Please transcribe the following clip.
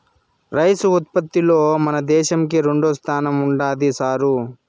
rice ఉత్పత్తిలో మన దేశంకి రెండోస్థానం ఉండాది సారూ